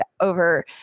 over